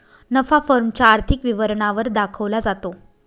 नफा फर्म च्या आर्थिक विवरणा वर दाखवला जातो